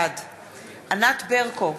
בעד ענת ברקו,